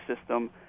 system